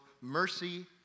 mercy